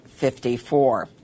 54